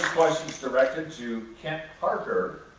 question's directed to kent parker.